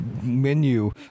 menu